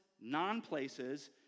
non-places